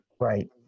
Right